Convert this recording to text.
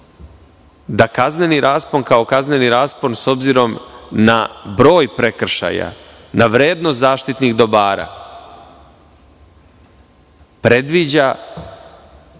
da kazneni raspon, kao kazneni raspon, s obzirom na broj prekršaja, da vrednost zaštitnih dobara predviđa,